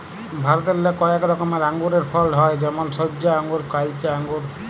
ভারতেল্লে কয়েক রকমের আঙুরের ফলল হ্যয় যেমল সইবজা আঙ্গুর, কাইলচা আঙ্গুর